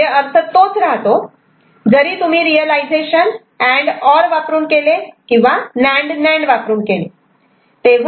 म्हणजे अर्थ तोच राहतो जरी तुम्ही रियलायझेशन अँड ऑर वापरून केले किंवा नॅन्ड नॅन्ड वापरून केले